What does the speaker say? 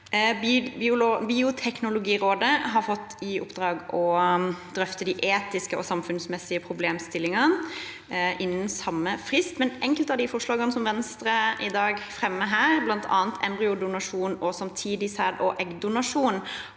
Bioteknologirådet har fått i oppdrag å drøfte de etiske og samfunnsmessige problemstillingene innen samme frist. Likevel: Enkelte av de forslagene som Venstre i dag fremmer her, bl.a. embryodonasjon og samtidig